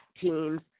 teams